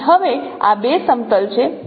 તેથી હવે આ બે સમતલ છે